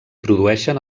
produeixen